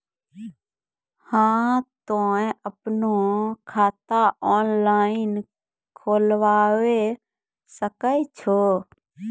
हाँ तोय आपनो खाता ऑनलाइन खोलावे सकै छौ?